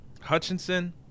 Hutchinson